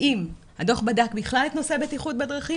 הדו"ח בדק בכלל את נושא הבטיחות בדרכים